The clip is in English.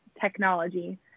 technology